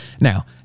Now